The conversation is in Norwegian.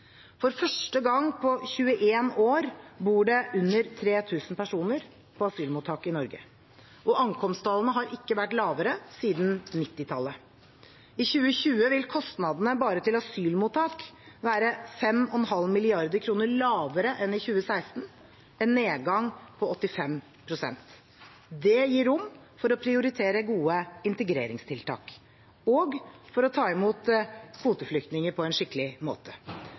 For første gang på 21 år bor det under 3 000 personer på asylmottak i Norge. Ankomsttallene har ikke vært lavere siden 1990-tallet. I 2020 vil kostnadene bare til asylmottak være 5,5 mrd. kr lavere enn i 2016, en nedgang på over 85 pst. Det gir rom for å prioritere gode integreringstiltak og for å ta imot kvoteflyktninger på en skikkelig måte.